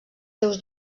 seus